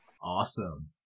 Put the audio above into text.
Awesome